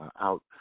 out